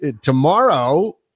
tomorrow